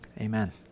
amen